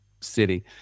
city